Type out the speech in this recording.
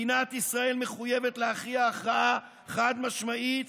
מדינת ישראל מחויבת להכריע הכרעה חד-משמעית